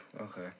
Okay